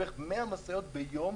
כלומר בערך 100 משאיות ביום.